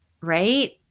right